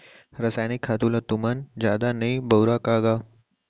रसायनिक खातू ल तुमन जादा नइ बउरा का गा?